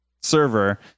server